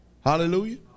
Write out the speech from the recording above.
hallelujah